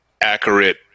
accurate